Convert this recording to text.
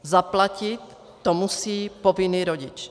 Zaplatit to musí povinný rodič.